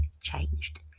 changed